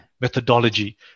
methodology